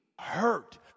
hurt